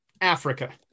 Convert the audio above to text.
Africa